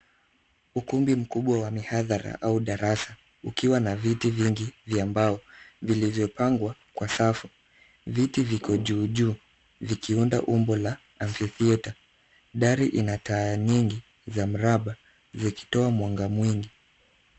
Ukumbi mkubwa wa mihadhara au darasa ukiwa na viti vingi vya mbao vilivyopangwa kwa safu. Viti viko juu juu vikiunda umbo la afri theatre . Dari ina taa nyingi za mraba zikitoa mwanga mwingi.